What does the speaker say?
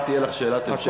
כבר תהיה לך שאלת המשך,